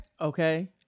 okay